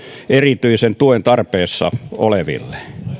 erityisen tuen tarpeessa oleville